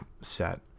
set